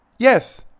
Yes